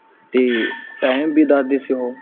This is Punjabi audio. ਅਤੇ ਟਾਈਮ ਵੀ ਦੱਸਦੀ ਸੀ ਉਹ